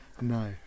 No